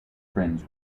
friends